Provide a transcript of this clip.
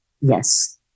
Yes